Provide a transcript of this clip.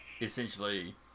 essentially